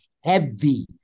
heavy